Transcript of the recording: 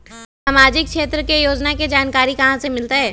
सामाजिक क्षेत्र के योजना के जानकारी कहाँ से मिलतै?